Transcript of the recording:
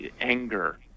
anger